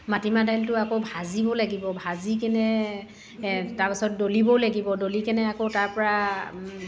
মাটিমাহ দাইলটো আকৌ ভাজিব লাগিব ভাজিকেনে তাৰপিছত দলিবও লাগিব দলিকেনে আকৌ তাৰপৰা